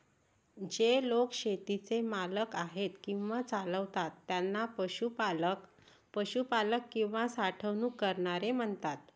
जे लोक शेतीचे मालक आहेत किंवा चालवतात त्यांना पशुपालक, पशुपालक किंवा साठवणूक करणारे म्हणतात